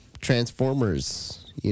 Transformers